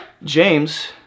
James